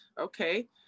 Okay